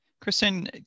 Kristen